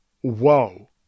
whoa